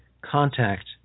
contact